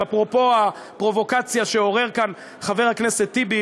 אפרופו הפרובוקציה שעורר כאן חבר הכנסת טיבי,